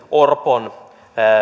orpon